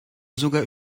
sogar